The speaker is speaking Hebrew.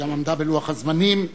שגם עמדה בלוח הזמנים.